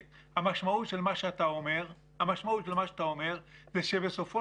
המשמעות של מה שאתה אומר היא שבסופו